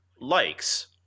Likes